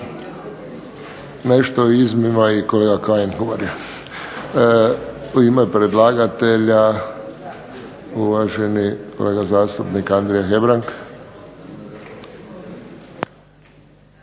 je i kolega Kajin govorio. U ime predlagatelja uvaženi kolega zastupnik Andrija Hebrang.